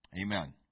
Amen